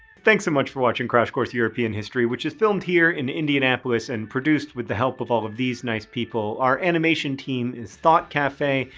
thanks so much for watching crash course european history, which is filmed here in indianapolis and produced with the help of all of these nice people. our animation team is thought cafe,